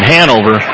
Hanover